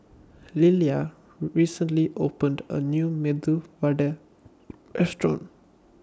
Lillia recently opened A New Medu Vada Restaurant